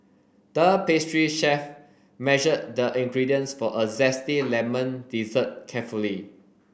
the pastry chef measured the ingredients for a zesty lemon dessert carefully